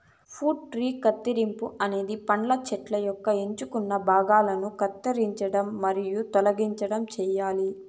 fruit tree కత్తిరింపు అనేది పండ్ల చెట్టు యొక్క ఎంచుకున్న భాగాలను కత్తిరించడం మరియు తొలగించడం చేయాలి